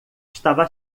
estava